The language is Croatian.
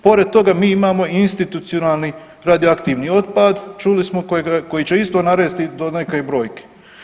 Pored toga mi imamo i institucionalni radioaktivni otpad čuli smo će isto naresti do neke brojke.